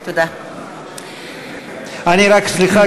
סליחה,